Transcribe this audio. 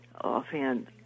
offhand